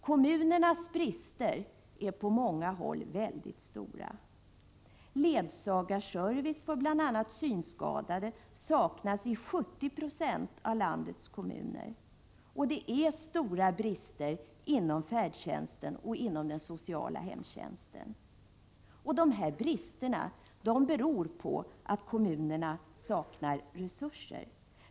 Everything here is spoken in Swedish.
Kommunernas brister är på många håll väldigt stora. Bl.a. ledsagarservice för synskadade saknas i 70 20 av landets kommuner. Och det finns stora brister inom färdtjänsten och den sociala hemtjänsten. Dessa brister beror på att kommunerna saknar resurser.